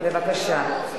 בבקשה.